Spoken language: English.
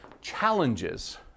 Challenges